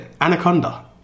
Anaconda